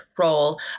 role